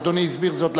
אדוני הסביר זאת,